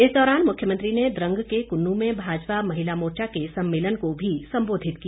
इस दौरान मुख्यमंत्री ने द्रंग के कुन्नू में भाजपा महिला मोर्चा के सम्मेलन को भी सम्बोधित किया